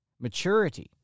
maturity